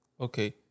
Okay